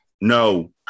no